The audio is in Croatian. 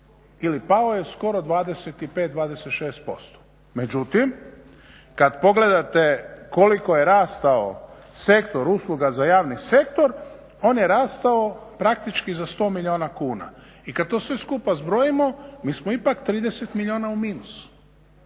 ili pao je skoro 25, 26%. Međutim, kada pogledate koliko je rastao sektor usluga za javni sektor, on je rastao praktički za 100 milijuna kuna i kada to sve skupa zbrojimo mi smo ipak 30 milijuna u minusu.